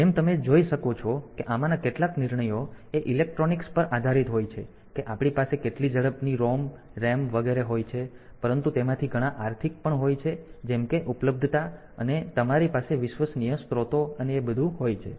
તેથી જેમ તમે જોઈ શકો છો કે આમાંના કેટલાક નિર્ણયો એ ઇલેક્ટ્રોનિક્સ પર આધારિત હોય છે કે આપણી પાસે કેટલી ઝડપની ROM RAM વગેરે હોય છે પરંતુ તેમાંથી ઘણા આર્થિક પણ હોય છે જેમ કે ઉપલબ્ધતા અને તમારી પાસે વિશ્વસનીય સ્ત્રોતો અને એ બધું હોય છે